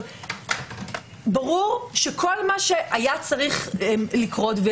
ברור שכל מה שהיה צריך לקרות,